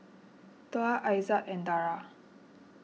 Tuah Aizat and Dara